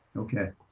okay.